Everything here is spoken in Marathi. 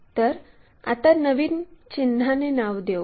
तर आता नवीन चिन्हाने नाव देऊ